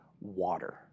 water